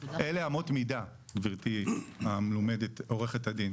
אלה אמות מידה, גבירתי המלומדת עורכת הדין.